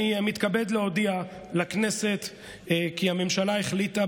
אני מתכבד להודיע לכנסת כי הממשלה החליטה,